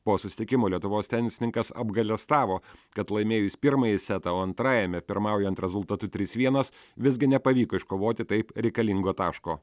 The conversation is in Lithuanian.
po susitikimo lietuvos tenisininkas apgailestavo kad laimėjus pirmąjį setą o antrajame pirmaujant rezultatu trys vienas visgi nepavyko iškovoti taip reikalingo taško